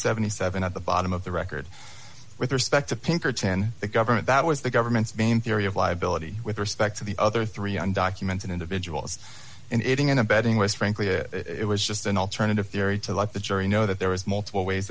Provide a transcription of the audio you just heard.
seventy seven dollars at the bottom of the record with respect to pinkerton the government that was the government's main theory of liability with respect to the other three undocumented individuals in aiding and abetting was frankly it it was just an alternative theory to let the jury know that there was multiple ways